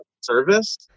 service